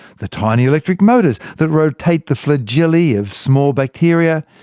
the tiny electric motors that rotate the flagellae of small bacteria,